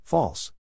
False